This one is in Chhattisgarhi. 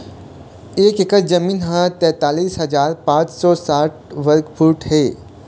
एक एकर जमीन ह तैंतालिस हजार पांच सौ साठ वर्ग फुट हे